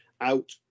out